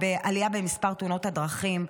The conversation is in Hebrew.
בעלייה במספר תאונות הדרכים,